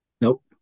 Nope